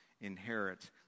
inherit